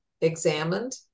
examined